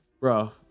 Bro